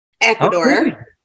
Ecuador